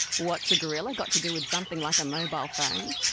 what's a gorilla got to do with something like a mobile phone?